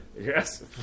Yes